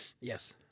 Yes